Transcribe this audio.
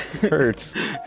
Hurts